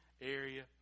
area